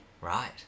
Right